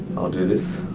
i'll do this.